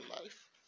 life